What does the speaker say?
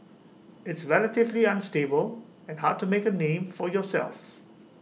it's relatively unstable and hard to make A name for yourself